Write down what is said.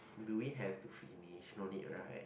do we have to finish no need right